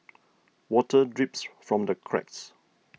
water drips from the cracks